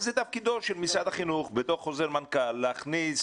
זה תפקידו של משרד החינוך בתור חוזר מנכ"ל להכניס